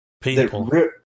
People